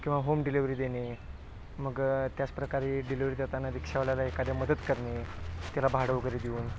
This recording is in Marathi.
किंवा होम डिलेवरी देणे मग त्याचप्रकारे डिलेवरी जाताना रिक्षावाल्याला एखाद्या मदत करणे त्याला भाडं वगैरे देऊन